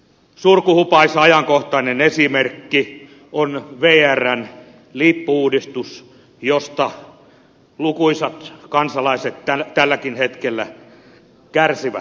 surkuhupaisa ajankohtainen esimerkki on vrn lippu uudistus josta lukuisat kansalaiset tälläkin hetkellä kärsivät